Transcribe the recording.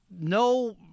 no